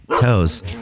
toes